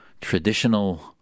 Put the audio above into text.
traditional